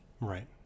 Right